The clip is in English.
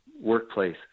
workplace